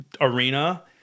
arena